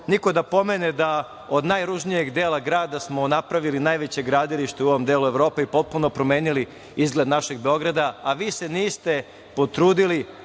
niko da pomene da od najružnijeg dela grada smo napravili najveće gradilište u ovom delu Evrope i potpuno promenili izgled našeg Beograda, a vi se niste potrudili,